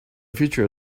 future